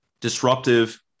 disruptive